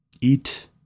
eat